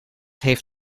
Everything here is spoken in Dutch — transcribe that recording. heeft